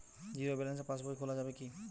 Zero balance pass বই খোলা যাবে কি?